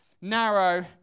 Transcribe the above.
narrow